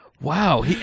Wow